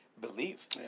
believe